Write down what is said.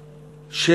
פלסטין.